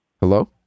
Hello